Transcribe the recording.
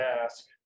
ask